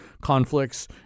conflicts